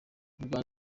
rwanda